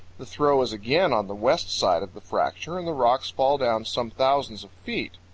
the throw is again on the west side of the fracture and the rocks fall down some thousands of feet.